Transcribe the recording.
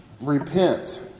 Repent